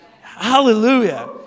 Hallelujah